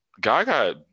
Gaga